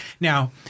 Now